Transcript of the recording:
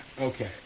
Okay